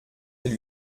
elle